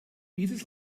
dieses